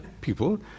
people